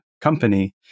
company